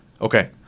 okay